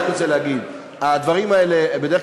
אני רק רוצה להגיד: הדברים האלה בדרך